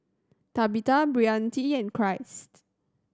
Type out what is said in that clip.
Tabitha Brittani and Christ